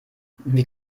wie